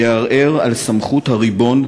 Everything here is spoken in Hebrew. יערער על סמכות הריבון,